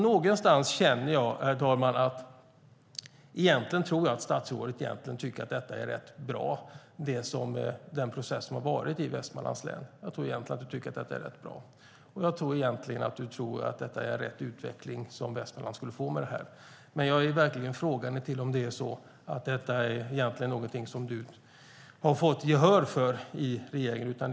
Någonstans känner jag, herr talman, att statsrådet egentligen tycker att den process som har varit i Västmanlands län är rätt bra. Jag tror att han tycker att det är rätt utveckling som Västmanland skulle få med det här. Men jag är verkligen frågande till om detta är någonting som han har fått gehör för i regeringen.